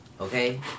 okay